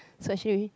so should we